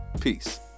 Peace